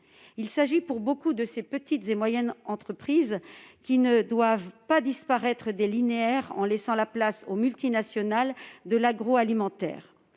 Il s'agit, pour beaucoup, de petites et de moyennes structures, qui ne doivent pas disparaître des linéaires en laissant la place aux multinationales de l'agroalimentaire.